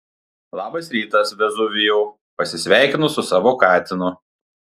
labas rytas vezuvijau pasisveikinu su savo katinu